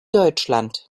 deutschland